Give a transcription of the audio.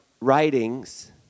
writings